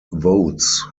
votes